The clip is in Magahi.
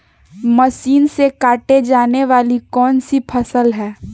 मशीन से काटे जाने वाली कौन सी फसल है?